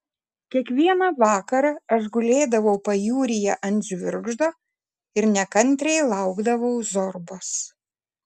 kiekvieną vakarą aš gulėdavau pajūryje ant žvirgždo ir nekantriai laukdavau zorbos